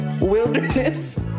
wilderness